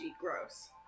Gross